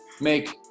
make